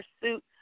pursuit